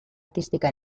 artística